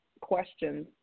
questions